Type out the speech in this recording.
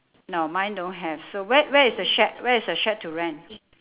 no mine don't have so where where is the shack where is the shack to rent